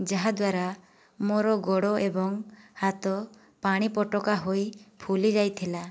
ଯାହାଦ୍ୱାରା ମୋର ଗୋଡ଼ ଏବଂ ହାତ ପାଣି ଫୋଟକା ହୋଇ ଫୁଲି ଯାଇଥିଲା